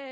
Si